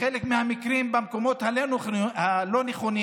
ובחלק מהמקרים במקומות הלא נכונים